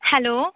hello